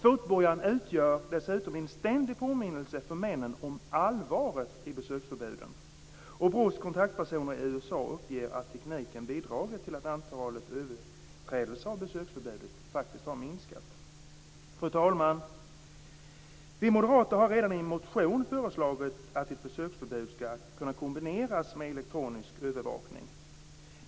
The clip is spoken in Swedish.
Fotbojan utgör dessutom en ständig påminnelse för männen om allvaret i besöksförbuden, och BRÅ:s kontaktpersoner i USA uppger att tekniken bidragit till att antalet överträdelser av besöksförbudet faktiskt har minskat. Fru talman! Vi moderater har redan i en motion föreslagit att ett besöksförbud skall kunna kombineras med elektronisk övervakning.